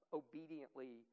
obediently